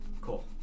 Cool